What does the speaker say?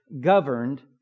governed